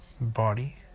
Body